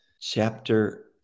Chapter